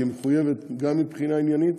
כי היא מחויבת גם מבחינה עניינית